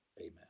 Amen